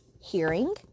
hearing